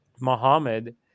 Muhammad